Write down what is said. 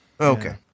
okay